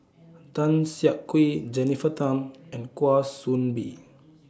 Tan Siak Kew Jennifer Tham and Kwa Soon Bee